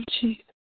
Jesus